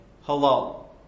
hello